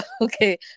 okay